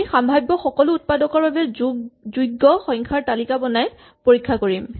আমি সাম্ভাৱ্য সকলো উৎপাদকৰ বাবে যোগ্য সংখ্যাৰ তালিকা বনাই পৰীক্ষা কৰিম